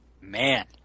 Man